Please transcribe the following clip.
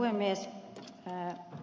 arvoisa puhemies